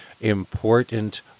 important